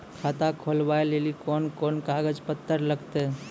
खाता खोलबाबय लेली कोंन कोंन कागज पत्तर लगतै?